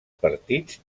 partits